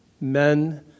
men